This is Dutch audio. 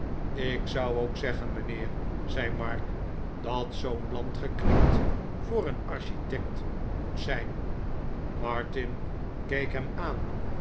ik zou ook zeggen mijnheer zei mark dat zoo'n land geknipt voor een architect moet zijn martin keek hem aan